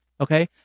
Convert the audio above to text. okay